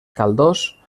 caldós